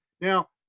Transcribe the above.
Now